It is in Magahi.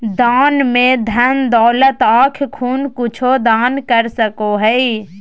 दान में धन दौलत आँख खून कुछु दान कर सको हइ